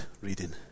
reading